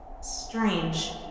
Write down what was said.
strange